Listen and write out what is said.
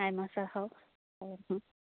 ᱟᱭᱢᱟ ᱥᱟᱨᱦᱟᱣ ᱟᱢᱦᱚᱸ